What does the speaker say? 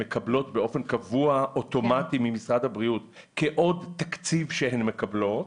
מקבלות באופן קבוע ואוטומטי ממשרד הבריאות כאל עוד תקציב שהן מקבלות,